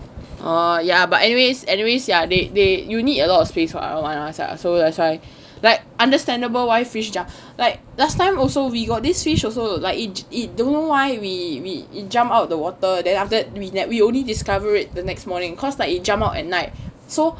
uh ya but anyways anyways ya they they you need a lot of space for arowana sia so that's why like understandable why fish jump like last time also we got this fish also like it it don't know why we we jump out of the water then after we we only discover it the next morning cause like you jump out at night so